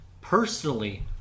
personally